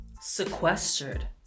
sequestered